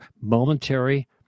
momentary